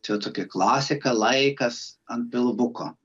čia tokia klasika laikas ant pilvuko